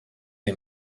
the